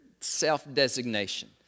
self-designation